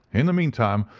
in the meantime,